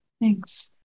Thanks